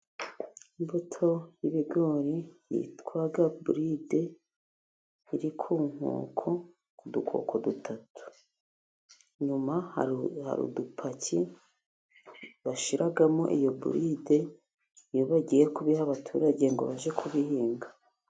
Imbuto y'ibigori yitwa Buride, iri ku dukoko dutatu. Inyuma hari udupaki bashyiramo iyo Buride, iyo bagiye kubiha abaturage ngo bajye kubihinga.